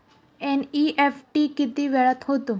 NEFT किती वेळात होते?